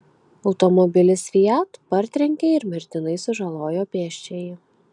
automobilis fiat partrenkė ir mirtinai sužalojo pėsčiąjį